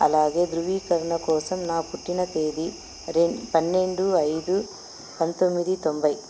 అలాగే ధృవీకరణ కోసం నా పుట్టిన తేదీ రెం పన్నెండు ఐదు పంతొమ్మిది తొంభై